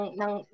ng